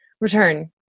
return